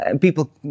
people